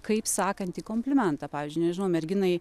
kaip sakantį komplimentą pavyzdžiui nežinau merginai